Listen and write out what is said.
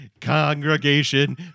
congregation